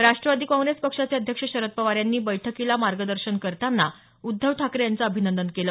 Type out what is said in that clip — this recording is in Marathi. राष्ट्रवादी काँप्रेस पक्षाचे अध्यक्ष शरद पवार यांनी बैठकीला मार्गदर्शन करताना उद्धव ठाकरे यांचं अभिनंदन केलं